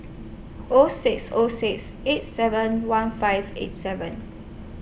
O six O six eight seven one five eight seven